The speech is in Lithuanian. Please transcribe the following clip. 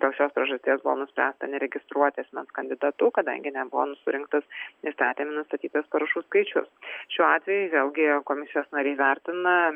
dėl šios priežasties buvo nuspręsta neregistruoti asmens kandidatu kadangi nebuvo surinktas įstatyme nustatytas parašų skaičius šiuo atveju vėlgi komisijos nariai vertina